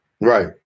Right